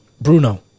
Bruno